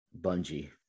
Bungie